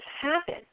happen